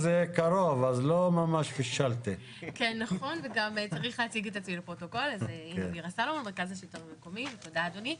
ותודה אדוני.